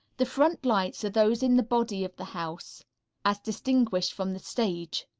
the front lights are those in the body of the house as distinguished from the stage.